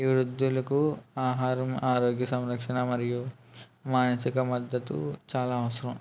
ఈ వృద్దులకు ఆహారం ఆరోగ్య సంరక్షణ మరియు మానసిక మద్దతు చాలా అవసరం